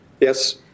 Yes